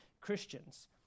Christians